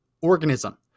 organism